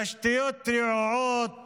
תשתיות רעועות